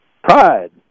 Pride